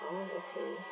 oh okay